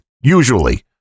usually